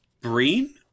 Breen